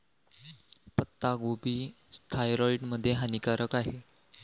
पत्ताकोबी थायरॉईड मध्ये हानिकारक आहे